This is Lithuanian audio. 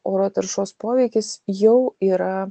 oro taršos poveikis jau yra